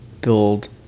build